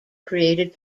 created